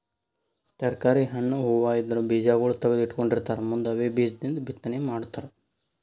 ತರ್ಕಾರಿ, ಹಣ್ಣ್, ಹೂವಾ ಇದ್ರ್ ಬೀಜಾಗೋಳ್ ತಗದು ಇಟ್ಕೊಂಡಿರತಾರ್ ಮುಂದ್ ಅವೇ ಬೀಜದಿಂದ್ ಬಿತ್ತನೆ ಮಾಡ್ತರ್